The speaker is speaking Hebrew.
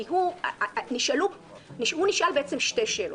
כי הוא נשאל בעצם שתי שאלות.